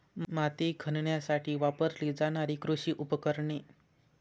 माती खणण्यासाठी वापरली जाणारी कृषी उपकरणे